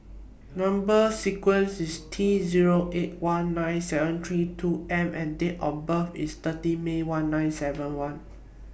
Number sequences IS T Zero eight one nine seven three two M and Date of birth IS thirty May one nine seven one